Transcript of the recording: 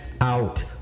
out